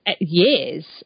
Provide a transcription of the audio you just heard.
years